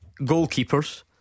goalkeepers